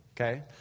Okay